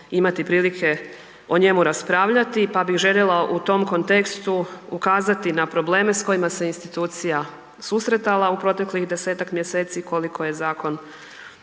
imati prilike o njemu raspravljati, pa bih željela u tom kontekstu ukazati na probleme s kojima se institucija susretala u proteklih desetak mjeseci koliko je zakon